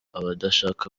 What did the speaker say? abadashaka